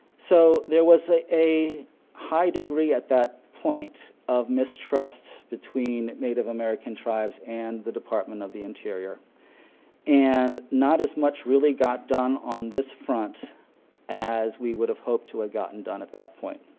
so there was a a high degree at that point of mistrust between native american tribes and the department of the interior and not as much really got done on this front as we would've hoped to have gotten done at that point.